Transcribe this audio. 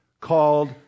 called